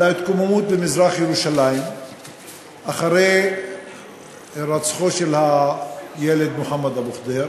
על ההתקוממות במזרח-ירושלים אחרי הירצחו של הילד מוחמד אבו ח'דיר,